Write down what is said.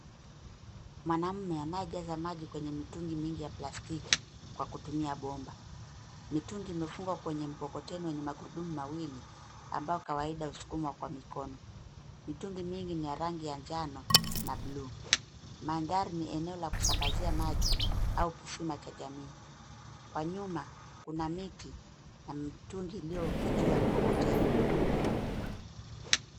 Mwanaume anayejaza maji kwenye mitungi mingi ya plastiki kwa kutumia bomba. Mitungi imefungwa kwenye mkokoteni wenye magurudumu mawili ambao kawaida husukumwa kwa mikono. Mitungi nyingi ni ya rangi ya njano na blue . Mandhari ni eneo la kusambazia maji au kisima cha jamii. Kwa nyuma kuna miti na mitungi iliyo juu ya mkokoteni.